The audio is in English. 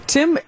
Tim